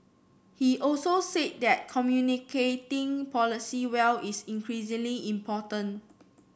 he also said that communicating policy well is increasingly important